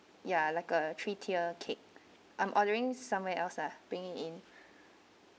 ya like a three tier cake I'm ordering somewhere else lah bringing in